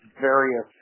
various